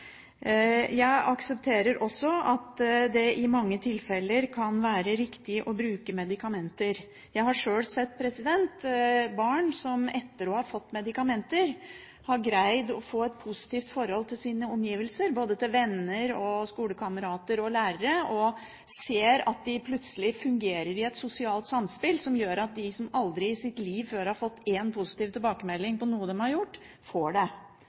Jeg aksepterer også at det i mange tilfeller kan være riktig å bruke medikamenter. Jeg har sjøl sett barn som etter å ha fått medikamenter har greid å få et positivt forhold til sine omgivelser, til både venner, skolekamerater og lærere, ser at de plutselig fungerer i et sosialt samspill som gjør at de, som aldri i sitt liv før har fått én positiv tilbakemelding på noe de har gjort, får det.